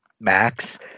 Max